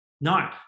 No